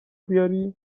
بیاری